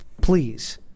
please